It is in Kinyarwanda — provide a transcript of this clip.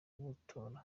gutora